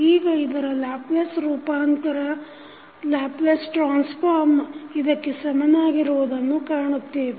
ಈಗ ಇದರ ಲ್ಯಾಪ್ಲೇಸ್ ರೂಪಾಂತರ ಇದಕ್ಕೆ ಸಮನಾಗಿರುವುದನ್ನು ಕಾಣುತ್ತೇವೆ